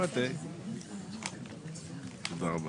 טוב.